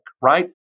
right